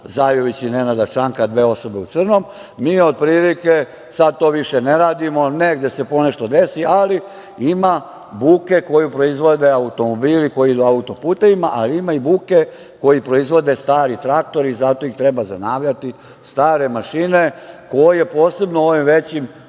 Zajović i Nenada Čanka, dve osobe u crnom, mi otprilike sad to više ne radimo, negde se ponešto desi, ali ima buke koju proizvode automobili koji idu auto-putevima, ali ima i buke koje proizvode stari traktori i zato ih treba zanavljati. Stare mašine koje posebno u ovim većim